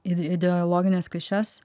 ir ideologines klišes